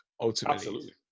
Ultimately